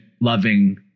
loving